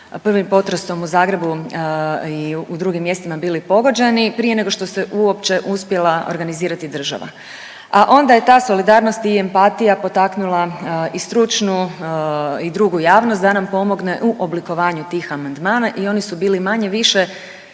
prvim potresom u Zagrebu i u drugim mjestima bili pogođeni prije nego što se uopće uspjela organizirati država, a onda je ta solidarnost i empatija potaknula i stručnu i drugu javnost da nam pomogne u oblikovanju tih amandmana i oni su bili manje-više